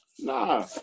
Nah